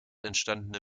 entstandene